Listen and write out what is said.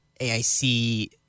AIC